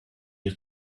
you